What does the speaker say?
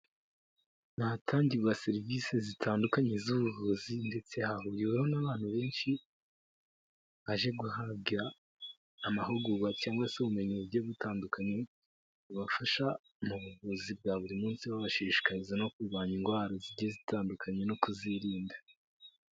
Ni ahatangirwa serivise zitandukanye z'ubuvuzi ndetse hahuriweho n'abantu benshi baje guhabwa amahugurwa cyangwa se ubumenyi bugiye butandukanye bubafasha mu buvuzi bwa buri munsi, babashishikariza no kurwanya indwara zigiye zitandukanye no kuzirinda.